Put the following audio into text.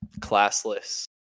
classless